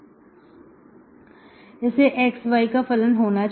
इसे xy का फलन होना चाहिए